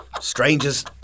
strangers